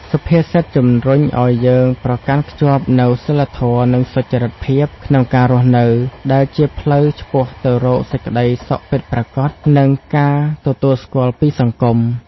សុភាសិតជំរុញឱ្យយើងប្រកាន់ខ្ជាប់នូវសីលធម៌ និងសុចរិតភាព ក្នុងការរស់នៅ ដែលជាផ្លូវឆ្ពោះទៅរកសេចក្តីសុខពិតប្រាកដ និងការទទួលស្គាល់ពីសង្គម។